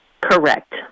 Correct